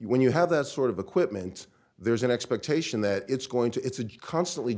when you have that sort of equipment there's an expectation that it's going to it's a constantly